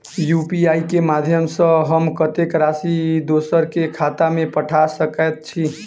UPI केँ माध्यम सँ हम कत्तेक राशि दोसर केँ खाता मे पठा सकैत छी?